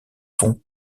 fond